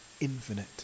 infinite